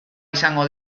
izango